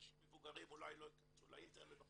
אנשים מבוגרים אולי לא ייכנסו לאינטרנט.